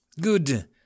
Good